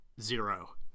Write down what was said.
zero